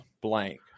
blank